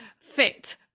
fit